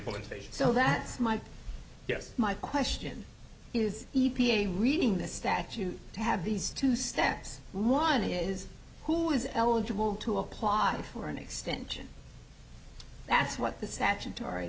state so that's my guess my question is e p a reading the statute to have these two steps one is who is eligible to apply for an extension that's what the statutory